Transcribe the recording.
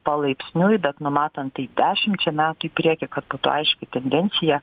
palaipsniui bet numatant tai dešimčia metų į priekį kad būtų aiški tendencija